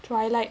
twilight